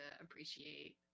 appreciate